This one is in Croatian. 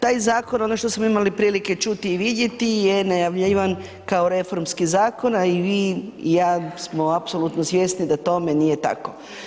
Taj zakon, ono što smo imali prilike čuti i vidjeti je najavljivan kao reformski zakon, a i vi i ja smo apsolutno svjesni da tome nije tako.